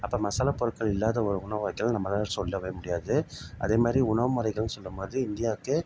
அப்போ மசாலா பொருட்கள் இல்லாத ஒரு உணவாக்கிறது நம்மளால் சொல்லவே முடியாது அதே மாதிரி உணவு முறைகள்னு சொல்லும் மாதிரி இந்தியாவுக்கே